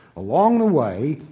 along the way,